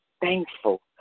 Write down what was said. thankful